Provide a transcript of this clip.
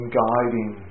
guiding